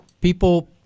People